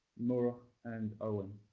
murrough, and owen.